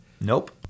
Nope